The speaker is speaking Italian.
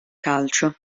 calcio